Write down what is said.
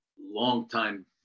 longtime